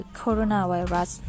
coronavirus